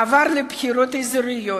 מעבר לבחירות אזוריות,